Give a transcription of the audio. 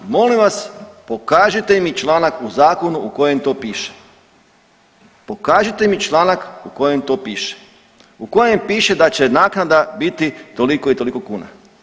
Molim vas pokažite mi članak u zakonu u kojem to piše, pokažite mi članak u kojem to piše u kojem piše da će naknada biti toliko i toliko kuna?